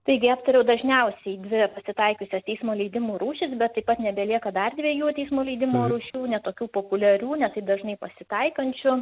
taigi aptariau dažniausiai dvi pasitaikiusias teismo leidimų rūšis bet taip pat nebelieka dar dviejų teismo leidimo rūšių ne tokių populiarių ne taip dažnai pasitaikančių